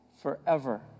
forever